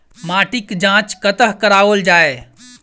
माटिक जाँच कतह कराओल जाए?